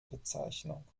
bezeichnung